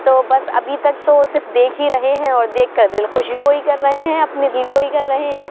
تو بس ابھی تک تو صرف دیکھ ہی رہے ہیں اور دیکھ کر دِل خوشی گوئی کر رہے ہیں اپنی دِل گوئی کر رہے ہیں